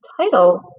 title